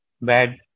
bad